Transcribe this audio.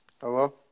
Hello